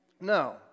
No